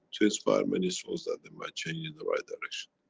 chased by many souls that they might change in the right direction.